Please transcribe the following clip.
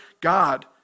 God